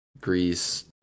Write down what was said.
Greece